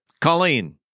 Colleen